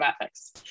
ethics